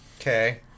Okay